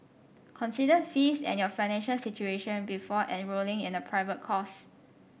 consider fees and your financial situation before enrolling in a private course